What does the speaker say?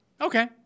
Okay